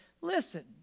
Listen